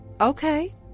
okay